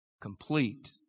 complete